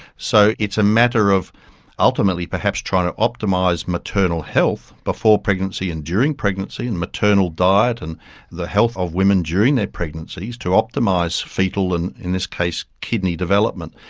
so it's a matter of ultimately perhaps trying to optimise maternal health before pregnancy and during pregnancy and maternal diet and the health of women during their pregnancies to optimise fetal and in this case kidney development.